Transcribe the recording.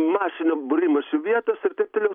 masinio būrimosi vietos ir taip toliau